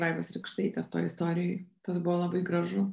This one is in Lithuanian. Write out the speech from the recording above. vaivos rykštaitės toj istorijoj tas buvo labai gražu